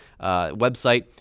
website